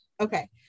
okay